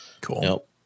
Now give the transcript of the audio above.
Cool